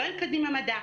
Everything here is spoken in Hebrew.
לא עם קדימה מדע.